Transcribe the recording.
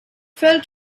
fell